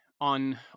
on